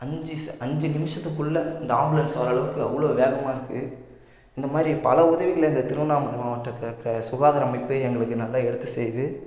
அஞ்சு ஸ் அஞ்சு நிமிஷத்துக்குள்ள இந்த ஆம்புலன்ஸ் வர அளவுக்கு அவ்வளோ வேகமாக இருக்குது இந்த மாதிரி பல உதவிகளை இந்த திருவண்ணாமலை மாவட்டத்தில் இருக்கிற சுகாதார அமைப்பு எங்களுக்கு நல்லா எடுத்து செய்யுது